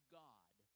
god